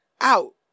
out